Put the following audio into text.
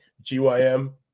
GYM